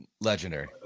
legendary